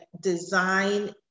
design